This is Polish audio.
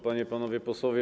Panie i Panowie Posłowie!